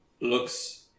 looks